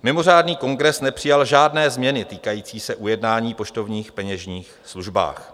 Mimořádný kongres nepřijal žádné změny týkající se ujednání o poštovních peněžních službách.